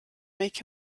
make